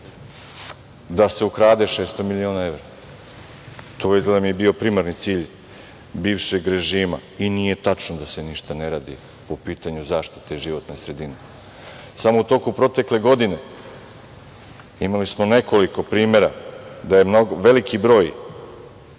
da se ukrade 600 miliona evra? Izgleda da je to bio primarni cilj bivšeg režima. Nije tačno da se ništa ne radi po pitanju zaštite životne sredine. Samo u toku protekle godine imali smo nekoliko primera da je veliki broj